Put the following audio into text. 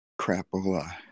Crapola